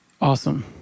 Awesome